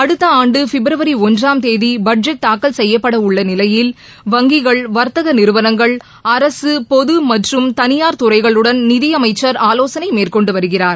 அடுத்த ஆண்டு பிப்ரவரி ஒன்றாம் தேதி பட்ஜெட் தாக்கல் செய்யப்பட உள்ள நிலையில் வங்கிகள் வா்த்தக நிறுவனங்கள் அரசு பொது மற்றும் தனியார் துறைகளுடன் நிதி அனமச்சர் ஆவோசனை மேற்கொண்டு வருகிறார்